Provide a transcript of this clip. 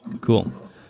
Cool